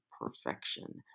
perfection